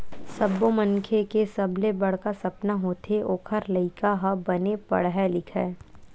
सब्बो मनखे के सबले बड़का सपना होथे ओखर लइका ह बने पड़हय लिखय